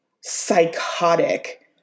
psychotic